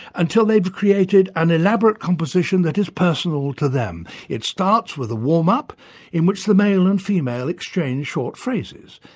until they've created an elaborate composition that is personal to them. it starts with a warm-up in which the male and female exchange short phrases.